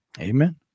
Amen